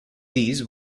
these